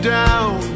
down